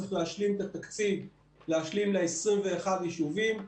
צריך להשלים את התקציב ל-21 יישובים.